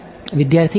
વિદ્યાર્થી હા